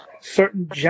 Certain